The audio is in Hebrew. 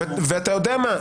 ואתה יודע מה,